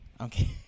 Okay